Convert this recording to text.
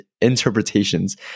interpretations